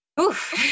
Oof